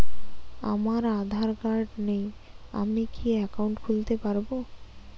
আমার আধার কার্ড নেই আমি কি একাউন্ট খুলতে পারব?